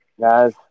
guys